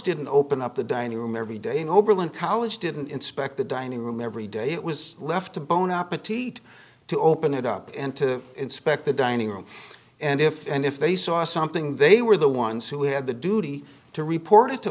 didn't open up the dining room every day oberlin college didn't inspect the dining room every day it was left to bone up a teet to open it up and to inspect the dining room and if and if they saw something they were the ones who had the duty to report it to